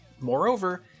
Moreover